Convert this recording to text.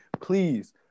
please